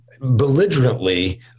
Belligerently